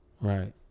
Right